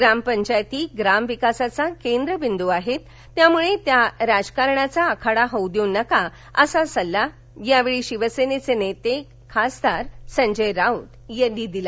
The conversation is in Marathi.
ग्राम पंचायती ग्राम विकासाचा केंद्र बिंदू आहे त्यामुळे त्या राजकारणाचा आखाडा होऊ देऊ नका असा सल्ला यावेळी शिवसेनेचे नेते खासदार संजय राऊत यांनी दिला